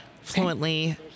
fluently